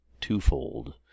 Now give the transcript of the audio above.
twofold